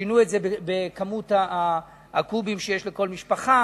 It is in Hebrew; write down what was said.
שינו את זה בכמות הקובים שיש לכל משפחה,